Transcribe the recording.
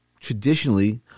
traditionally